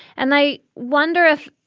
and i wonder if,